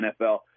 NFL